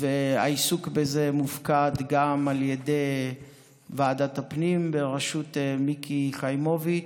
ועל העיסוק בזה מופקדת גם ועדת הפנים בראשות מיקי חיימוביץ',